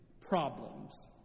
problems